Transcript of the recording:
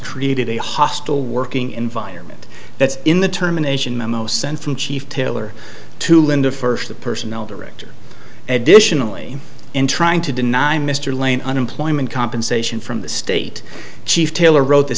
created a hostile working environment that's in the terminations memo sent from chief taylor to linda first the personnel director additionally in trying to deny mr lane unemployment compensation from the state chief taylor wrote the